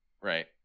right